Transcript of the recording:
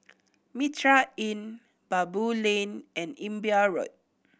Mitraa Inn Baboo Lane and Imbiah Road